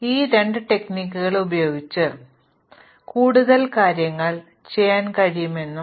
എന്നാൽ ഈ രണ്ട് നടപടിക്രമങ്ങൾ ഉപയോഗിച്ച് ഒരാൾക്ക് കൂടുതൽ കാര്യങ്ങൾ ചെയ്യാൻ കഴിയും